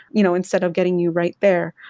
you know, instead of getting you right there.